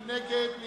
מי נגד?